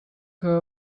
her